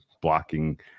blocking